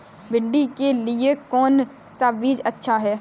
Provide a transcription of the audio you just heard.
भिंडी के लिए कौन सा बीज अच्छा होता है?